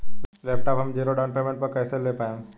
Laptop हम zero down payment पर कैसे ले पाएम?